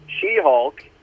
She-Hulk